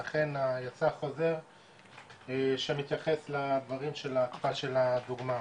לכן יצא חוזר שמתייחס לדברים של ההקפאה של הדוגמא.